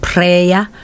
Prayer